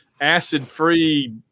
acid-free